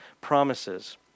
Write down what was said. promises